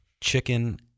chicken